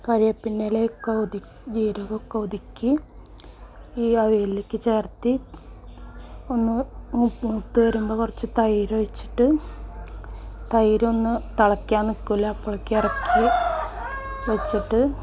കരിവേപ്പിൻ്റെ ഇലയും ഒക്കെ ഒതു ജീരകം ഒക്കെ ഒതുക്കി ഈ അവിയലിലേക്ക് ചേർത്തി ഒന്ന് മൂ മൂത്ത് വരുമ്പോൾ കുറച്ച് തൈര് ഒഴിച്ചിട്ട് തൈര് ഒന്ന് തിളയ്ക്കാൻ നിൽക്കില്ല അപ്പോഴേക്കും ഇറക്കി വെച്ചിട്ട്